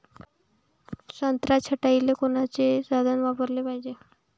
संत्रा छटाईले कोनचे साधन वापराले पाहिजे?